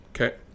Okay